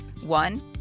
One